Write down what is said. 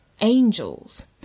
angels